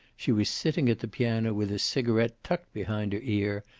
she was sitting at the piano with a cigaret tucked behind her ear,